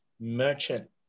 merchant